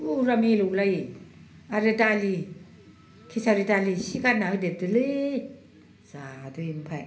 फुरा मिलौलायो आरो दालि खिसारि दालि इसे गारना होदेरदोलै जादो ओमफाय